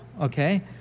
Okay